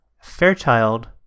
Fairchild